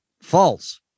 false